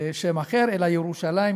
שם אחר אלא "ירושלים".